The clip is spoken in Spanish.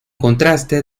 contraste